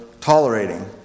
tolerating